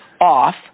off